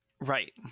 right